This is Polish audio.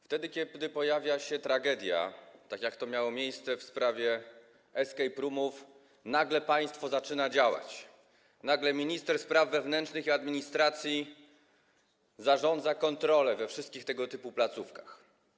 Wtedy, kiedy pojawia się tragedia, tak jak to miało miejsce w sprawie escape roomów, nagle państwo zaczyna działać, nagle minister spraw wewnętrznych i administracji zarządza kontrolę we wszystkich tego typu placówkach.